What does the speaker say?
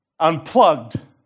Unplugged